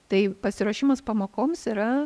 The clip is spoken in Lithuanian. tai pasiruošimas pamokoms yra